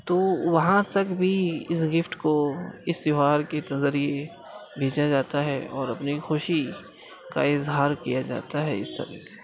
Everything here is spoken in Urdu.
تو وہاں تک بھی اس گفٹ کو اس تیوہار کے ذریعے بھیجا جاتا ہے اور اپنی خوشی کا اظہار کیا جاتا ہے اس طرح سے